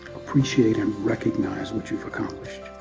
appreciate and recognize what you've accomplished,